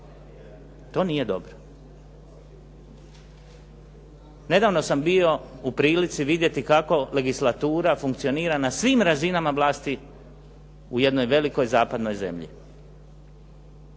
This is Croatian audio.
To nije dobro. Nedavno sam bio u prilici vidjeti kako legislatura funkcionira na svim razinama vlasti u jednoj velikoj zapadnoj zemlji.